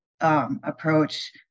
approach